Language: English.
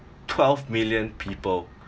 twelve million people